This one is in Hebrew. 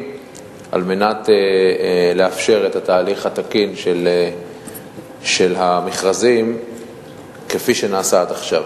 על מנת לאפשר את התהליך התקין של המכרזים כפי שנעשה עד עכשיו.